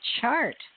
chart